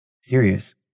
serious